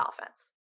offense